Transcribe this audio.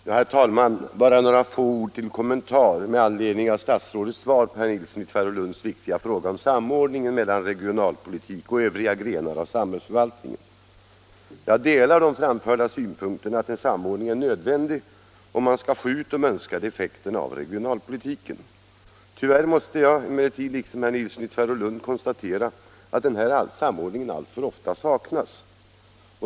Herr talman! Bara några ord som kommentar till statsrådets svar på herr Nilssons i Tvärålund viktiga fråga om samordningen mellan regionalpolitik och övriga grenar av samhällsförvaltningen. Jag delar de framförda synpunkterna att en samordning är nödvändig om vi skall få de önskade effekterna av regionalpolitiken. Tyvärr måste emellertid jag liksom herr Nilsson i Tvärålund konstatera att den här samordningen alltför ofta saknas.